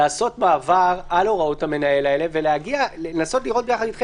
לעשות מעבר על הוראות המנהל האלה ולנסות לראות ביחד אתכם